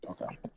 okay